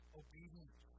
obedience